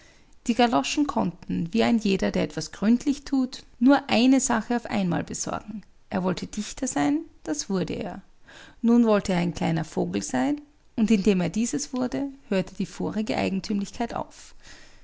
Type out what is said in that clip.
die galoschen konnten wie ein jeder der etwas gründlich thut nur eine sache auf einmal besorgen er wollte dichter sein das wurde er nun wollte er ein kleiner vogel sein und indem er dieses wurde hörte die vorige eigentümlichkeit auf